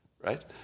right